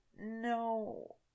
no